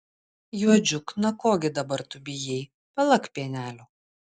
juodžiuk na ko gi dabar tu bijai palak pienelio